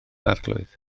arglwydd